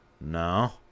No